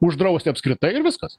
uždrausti apskritai ir viskas